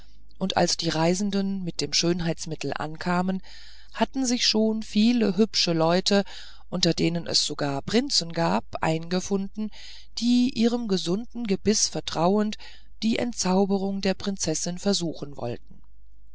und als die reisenden mit dem schönheitsmittel ankamen hatten sich schon viele hübsche leute unter denen es sogar prinzen gab eingefunden die ihrem gesunden gebiß vertrauend die entzaubrung der prinzessin versuchen wollten